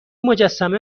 مجسمه